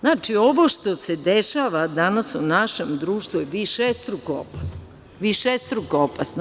Znači, ovo što se dešava danas u našem društvu je višestruko opasno.